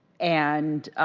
and